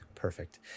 Perfect